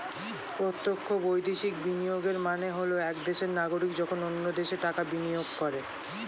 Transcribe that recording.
প্রত্যক্ষ বৈদেশিক বিনিয়োগের মানে হল এক দেশের নাগরিক যখন অন্য দেশে টাকা বিনিয়োগ করে